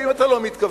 ואם אתה לא מתכוון,